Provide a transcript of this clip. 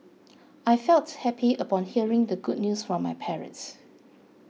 I felt happy upon hearing the good news from my parents